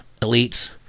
elites